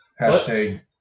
Hashtag